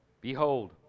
Behold